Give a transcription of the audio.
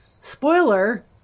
Spoiler